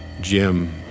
Jim